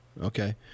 Okay